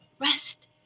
Rest